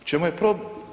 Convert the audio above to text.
U čemu je problem?